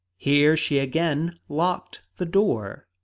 here she again locked the door.